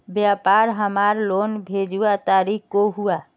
व्यापार हमार लोन भेजुआ तारीख को हुआ?